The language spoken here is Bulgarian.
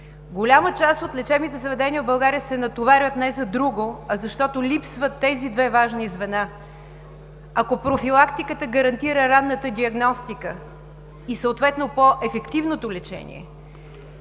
Голяма част от лечебните заведения в България се натоварват не за друго, а защото липсват тези две важни звена. Ако профилактиката гарантира ранната диагностика и съответно по-ефективното лечение,